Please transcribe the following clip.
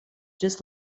ĝis